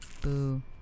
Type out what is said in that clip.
Boo